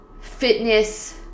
fitness